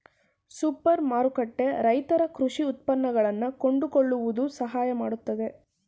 super ಮಾರುಕಟ್ಟೆ ರೈತರ ಕೃಷಿ ಉತ್ಪನ್ನಗಳನ್ನಾ ಕೊಂಡುಕೊಳ್ಳುವುದು ಸಹಾಯ ಮಾಡುತ್ತಿದೆ